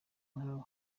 nkawe